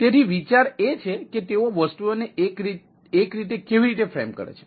તેથી વિચાર એ છે કે તેઓ વસ્તુઓને એક રીતે કેવી રીતે ફ્રેમ કરે છે